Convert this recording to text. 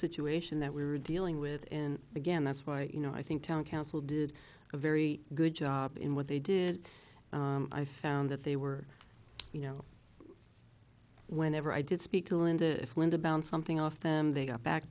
situation that we're dealing with and again that's why you know i think town council did a very good job in what they did i found that they were you know whenever i did speak to linda if linda bounce something off them they got back